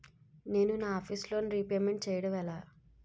నేను నా office loan repayment చేయడం ఎలా?